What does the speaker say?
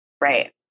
right